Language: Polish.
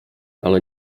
ale